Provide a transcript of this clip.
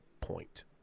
point